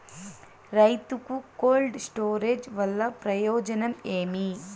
రైతుకు cold storage వల్ల ప్రయోజనం ఏమి?